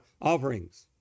offerings